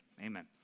amen